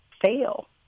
fail